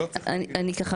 אתה יכול